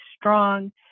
strong